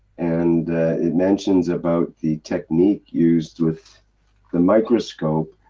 and it mentions about the technique used with the microscope.